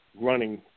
running